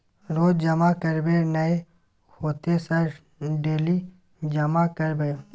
रोज जमा करबे नए होते सर डेली जमा करैबै?